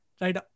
right